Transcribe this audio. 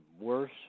worse